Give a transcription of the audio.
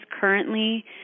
currently